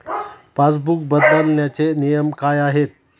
Passbook बदलण्याचे नियम काय आहेत?